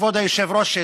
כבוד היושב-ראש,